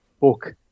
book